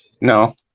No